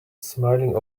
smiling